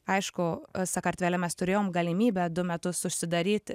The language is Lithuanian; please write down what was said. aišku sakartvele mes turėjom galimybę du metus užsidaryti